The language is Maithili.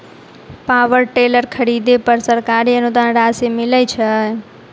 पावर टेलर खरीदे पर सरकारी अनुदान राशि मिलय छैय?